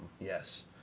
Yes